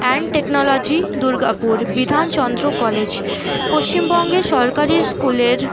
and technology Durgapur Bidhan Chandra college পশ্চিমবঙ্গে সরকারি স্কুলের